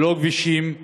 ללא כבישים,